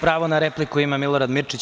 Pravo na repliku ima Milorad Mirčić.